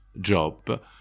job